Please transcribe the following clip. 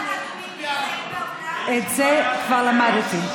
את זה כבר למדתי.